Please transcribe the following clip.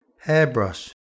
Hairbrush